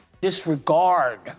Disregard